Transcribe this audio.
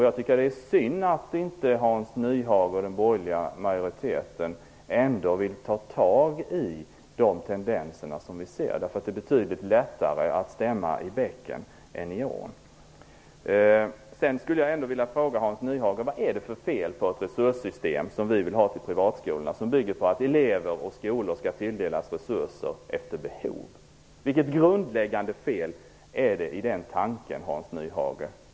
Jag tycker att det är synd att Hans Nyhage och den borgerliga majoriteten inte vill ta fasta på de tendenser som vi ser. Det är betydligt lättare att stämma i bäcken än i ån. Jag vill vidare fråga Hans Nyhage vad det är för fel på ett sådant resurssystem som vi vill ha för privatskolorna och som bygger på att elever och skolor skall tilldelas resurser efter behov. Vilket grundläggande fel är det i den tanken, Hans Nyhage?